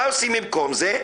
מה עושים במקום זה?